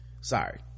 sorry